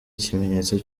ikimenyetso